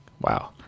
wow